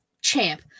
Champ